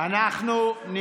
עכשיו